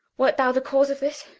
wert thou the cause of this,